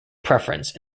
preference